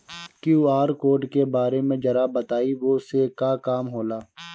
QR code के बारे में जरा बताई वो से का काम होला?